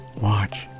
Watch